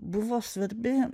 buvo svarbi